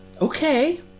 Okay